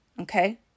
okay